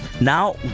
now